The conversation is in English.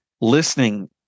Listening